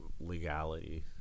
legality